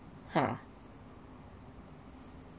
ha